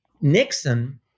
Nixon